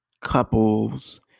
couples